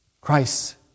Christ